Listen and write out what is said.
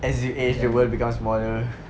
as you age the world becomes smaller